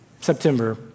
September